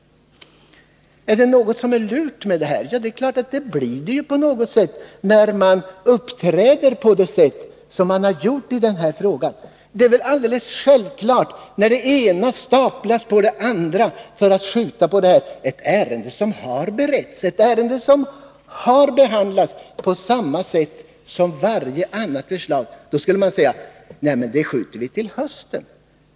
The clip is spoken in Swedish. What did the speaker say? Är det något lurt med det här? Ja, det är klart att det blir det ju på något sätt när man uppträder så som moderaterna har gjort i den här frågan. Det är väl alldeles självklart, när det ena skälet staplas på det andra för att skjuta på avgörandet av ett ärende som har beretts, som har behandlats på samma sätt som varje annat förslag. Om det skall riksdagen säga: Det skjuter vi till hösten.